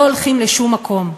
לא הולכים לשום מקום.